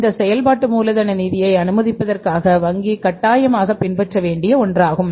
இதை செயல்பாட்டு மூலதன நிதியை அனுமதிப்பதற்காக வாங்கி கட்டாயமாக பின்பற்றப்பட வேண்டிய ஒன்றாகும்